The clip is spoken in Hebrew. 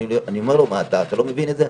אמרתי לו 'מה, אתה לא מבין את זה?'.